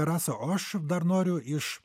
rasa o aš dar noriu iš